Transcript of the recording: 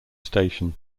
station